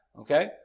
okay